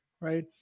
right